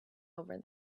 over